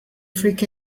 freak